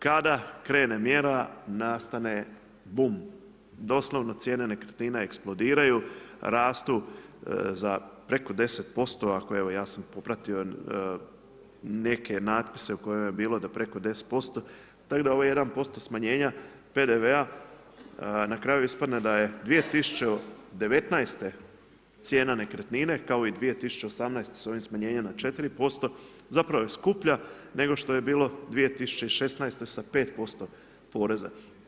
Kada krene mjera nastane bum, doslovno cijene nekretnina eksplodiraju, rastu za preko 10%, ja sam popratio neke natpise u kojima je bilo da preko 10% tako da ovaj 1% smanjenja PDV-a na kraju ispadne da je 2019. cijena nekretnine kao i 2018. sa ovim smanjenjem na 4% zapravo je skuplja nego što je bilo 2016. sa 5% poreza.